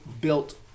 built